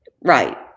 right